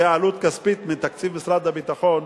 זו עלות כספית מתקציב משרד הביטחון,